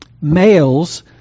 Males